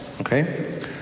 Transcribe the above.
Okay